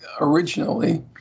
originally